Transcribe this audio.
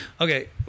Okay